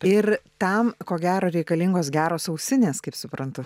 ir tam ko gero reikalingos geros ausinės kaip suprantu